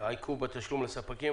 והעיכוב בתשלום לספקים.